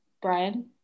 brian